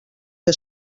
que